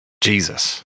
jesus